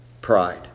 pride